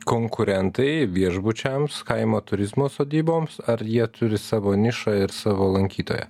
konkurentai viešbučiams kaimo turizmo sodyboms ar jie turi savo nišą ir savo lankytoją